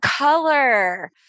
Color